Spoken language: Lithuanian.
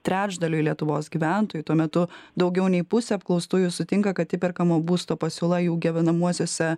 trečdaliui lietuvos gyventojų tuo metu daugiau nei pusė apklaustųjų sutinka kad įperkamo būsto pasiūla jų gyvenamuosiuose